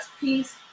peace